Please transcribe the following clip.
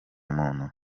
muntu